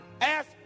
Ask